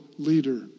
leader